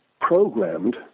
programmed